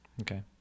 Okay